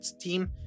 team